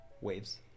waves